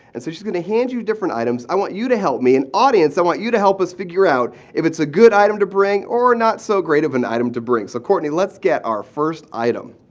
and so she's going to hand you different items. i want you to help me. and audience i want you to help us figure out if it's a good item to bring or a not so great of an item to bring. so, courtney, let's get our first item.